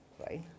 Right